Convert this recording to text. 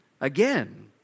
again